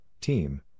team